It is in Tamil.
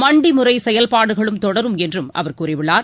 மண்டி முறை செயல்பாடுகளும் தொடரும் என்று அவர் கூறியுள்ளார்